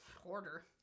Hoarder